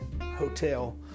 hotel